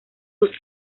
sus